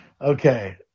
Okay